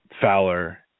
Fowler